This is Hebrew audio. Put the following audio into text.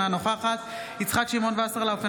אינה נוכחת יצחק שמעון וסרלאוף,